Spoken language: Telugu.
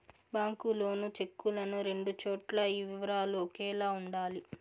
బ్యాంకు లోను చెక్కులను రెండు చోట్ల ఈ వివరాలు ఒకేలా ఉండాలి